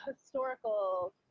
historical